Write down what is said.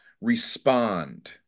respond